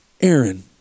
Aaron